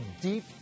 deep